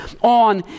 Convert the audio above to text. on